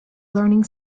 learning